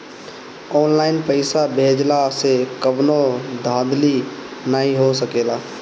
online पइसा भेजला से कवनो धांधली नाइ हो सकेला